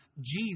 Jesus